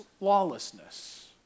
lawlessness